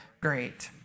great